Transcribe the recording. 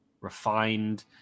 refined